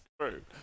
True